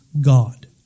God